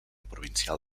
provincial